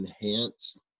enhanced